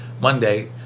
Monday